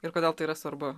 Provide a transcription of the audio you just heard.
ir kodėl tai yra svarbu